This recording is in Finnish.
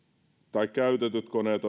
että käytetyt koneet